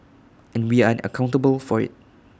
and we are accountable for IT